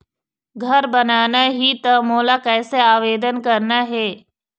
घर बनाना ही त मोला कैसे आवेदन करना हे?